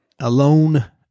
alone